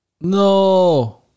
No